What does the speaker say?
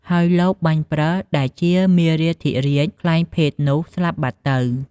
ហើយលបបាញ់ប្រើសដែលជាមារាធិរាជក្លែងភេទនោះ ស្លាប់បាត់ទៅ។